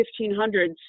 1500s